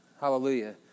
Hallelujah